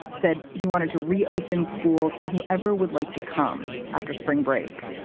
said he wanted to reopen school to whoever would like to come after spring break.